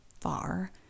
far